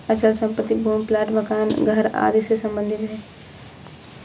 अचल संपत्ति भूमि प्लाट मकान घर आदि से सम्बंधित है